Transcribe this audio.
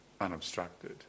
unobstructed